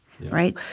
right